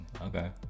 okay